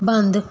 ਬੰਦ